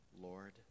Lord